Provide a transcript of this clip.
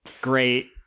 great